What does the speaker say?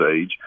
age